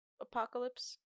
apocalypse